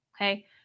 okay